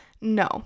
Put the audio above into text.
no